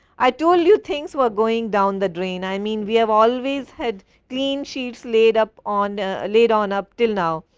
i told you things were going down the drain, i mean we have always had clean sheets laid up on a laid on up till now,